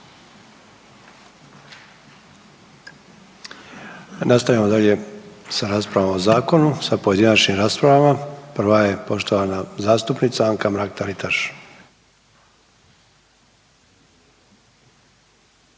Nastavljamo dalje sa raspravom o zakonu sa pojedinačnim raspravama. Prva je poštovana zastupnica Anka Mrak Taritaš.